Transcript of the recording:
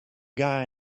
guy